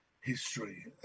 history